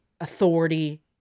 authority